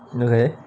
okay